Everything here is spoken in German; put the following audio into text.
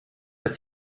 dass